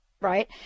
Right